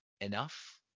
enough